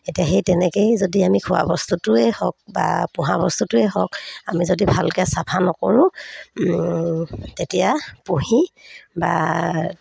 এতিয়া সেই তেনেকেই যদি আমি খোৱা বস্তুটোৱেই হওক বা পোহা বস্তুটোৱেই হওক আমি যদি ভালকৈ চাফা নকৰোঁ তেতিয়া পুহি বা